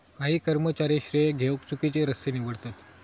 काही कर्मचारी श्रेय घेउक चुकिचे रस्ते निवडतत